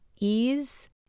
ease